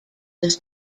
was